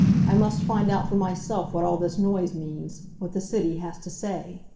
i must find out for myself what all this noise means, what the city has to say.